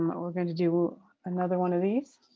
um but we're going to do another one of these.